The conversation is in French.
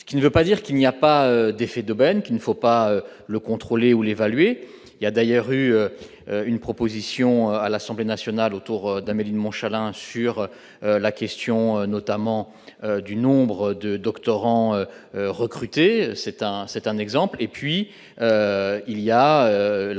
ce qui ne veut pas dire qu'il n'y a pas d'effet d'aubaine qu'il ne faut pas le contrôler ou l'évaluer, il y a d'ailleurs eu une proposition à l'Assemblée nationale autour d'Amélie de Montchalin sur la question notamment du nombre de doctorants recruter, c'est un, c'est